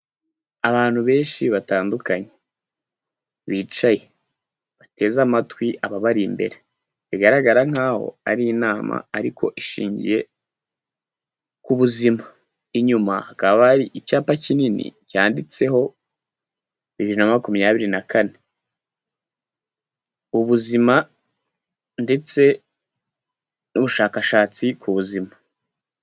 Abantu benshi batandukanye bicaye bateze amatwi ababari imbere bigaragara nkaho ari inama ariko ishingiye ku buzima, inyuma hakaba hari icyapa kinini cyanditseho bibiri na makumyabiri na kane, ubuzima ndetse n'ubushakashatsi ku buzima.